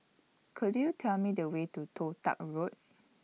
Could YOU Tell Me The Way to Toh Tuck Road